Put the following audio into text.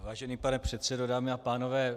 Vážený pane předsedo, dámy a pánové.